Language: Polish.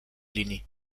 linii